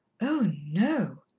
oh, no.